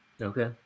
Okay